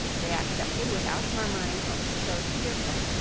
they accepted without murmuring what she chose to give them,